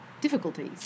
difficulties